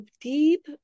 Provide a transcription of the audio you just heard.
deep